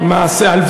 מה זה.